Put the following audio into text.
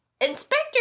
inspector